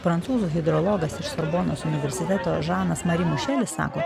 prancūzų hidrologas iš sorbonos universiteto žanas mari mišelis sako